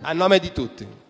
a nome di tutti